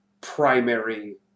primary